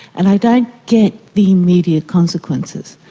and i don't get the immediate consequences.